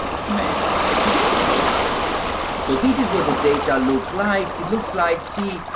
measures or period. and so, this is what the data looks like. it looks like, see,